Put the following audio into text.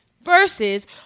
versus